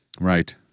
Right